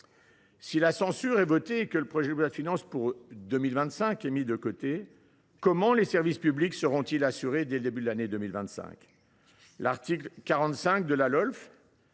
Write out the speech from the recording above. Si la censure est votée et que le projet de loi de finances pour 2025 est mis de côté, comment les services publics seront ils assurés dès le début de l’année 2025 ?